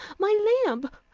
my lamp!